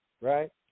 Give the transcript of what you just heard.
right